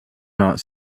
not